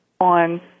on